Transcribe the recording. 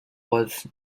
was